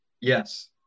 yes